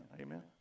Amen